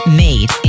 made